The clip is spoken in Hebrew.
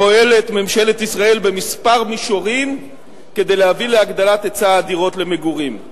פועלת ממשלת ישראל בכמה מישורים כדי להביא להגדלת היצע הדירות למגורים.